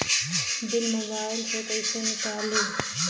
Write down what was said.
Bill mobile से कईसे निकाली?